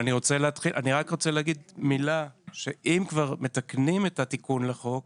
אני רוצה לומר שאם כבר מתקנים את התיקון לחוק,